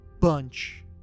bunch